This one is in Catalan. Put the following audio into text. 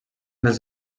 dels